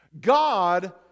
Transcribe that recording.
God